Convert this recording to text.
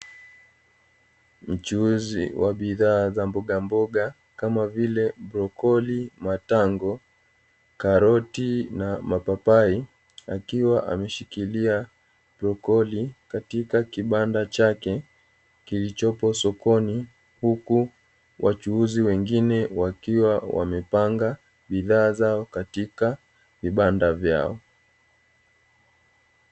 Mchuuzi wa bidhaa za mboga mboga kama vile "brokoli", matango, karoti na mapapai akiwa ameshikilia "brokoli" katika kibanda chake kilichopo sokoni, huku wachuuzi wengine wakiwa wamepanga bidhaa zao katika vibanda vyao.